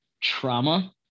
trauma